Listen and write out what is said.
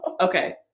okay